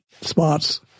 spots